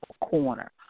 corner